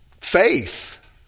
faith